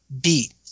beat